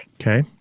Okay